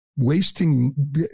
Wasting